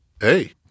hey